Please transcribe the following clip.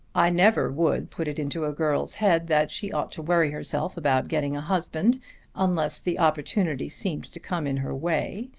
i never would put it into a girl's head that she ought to worry herself about getting a husband unless the opportunity seemed to come in her way.